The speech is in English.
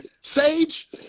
Sage